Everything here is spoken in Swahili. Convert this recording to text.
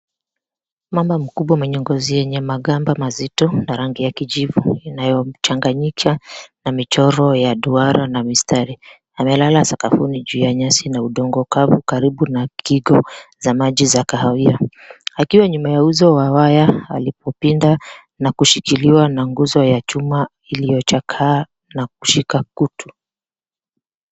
Mamba mkubwa mwenye ngozi yenye magamba mazito na rangi ya kijivu inayomchanganyisha na michoro ya duara na mistari, amelala sakafuni juu ya nyasi na udongo kavu karibu na kingo za maji za kahawia. Akiwa nyuma ya uzio wa waya alipopinda na kushikiliwa na nguzo ya chuma iliyochakaa na kushika kutu.